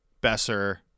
Besser